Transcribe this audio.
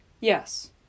Yes